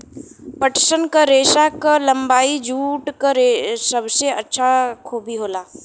पटसन क रेसा क लम्बाई जूट क सबसे अच्छा खूबी होला